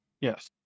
Yes